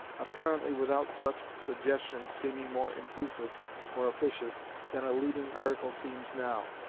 apparently without such suggestions seeming more intrusive or officious than a leading article seems now,